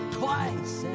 twice